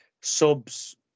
subs